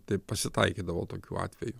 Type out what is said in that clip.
taip pasitaikydavo tokių atvejų